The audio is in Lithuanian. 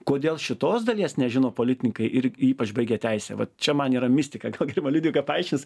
kodėl šitos dalies nežino politnikai ir ypač baigę teisę vat čia man yra mistika gal gerbiama liudvika paaiškys